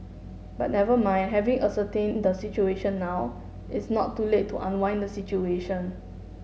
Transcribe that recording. but never mind having ascertain the situation now it's not too late to unwind the situation